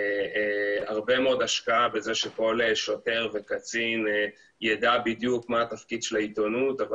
הרבה מאוד השקעה שכל שוטר וקצין ידע בדיוק מה התפקיד של העיתונות אבל